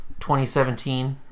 2017